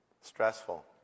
Stressful